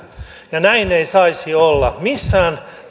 näin ei saisi olla missään